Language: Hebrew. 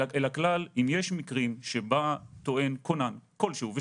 אל הכלל: אם יש מקרים שבהם טוען כונן כלשהו סבור שהוא לא קיבל